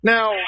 Now